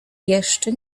jeszcze